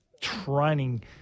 training